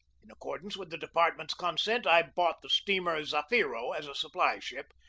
in accordance with the department's consent i bought the steamer zafiro as a supply ship,